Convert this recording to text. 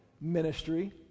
ministry